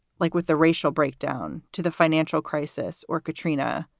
like with the racial breakdown to the financial crisis or katrina,